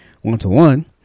one-to-one